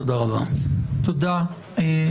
תודה רבה.